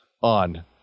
on